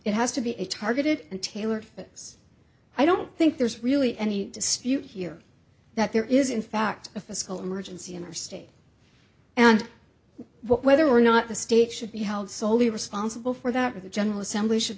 it has to be a targeted and tailored fit i don't think there's really any dispute here that there is in fact a fiscal emergency interstate and whether or not the state should be held soley responsible for that or the general assembly should